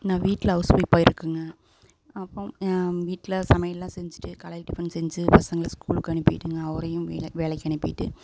நான் வீட்டில் ஹவுஸ்ஒய்ஃபாக இருக்கேங்க அப்புறம் வீட்டில் சமையலெல்லாம் செஞ்சுட்டு காலையில் டிஃபன் செஞ்சு பசங்களை ஸ்கூலுக்கு அனுப்பிட்டுங்க அவரையும் வேலைக்கு அனுப்பிவிட்டு